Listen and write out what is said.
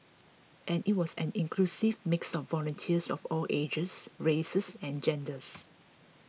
and it was an inclusive mix of volunteers of all ages races and genders